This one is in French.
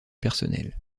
personnel